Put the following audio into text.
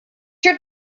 your